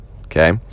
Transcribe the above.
okay